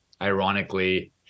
ironically